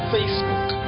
Facebook